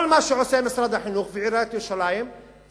כל מה שמשרד החינוך ועיריית ירושלים עושים